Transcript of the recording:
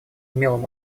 умелым